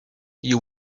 you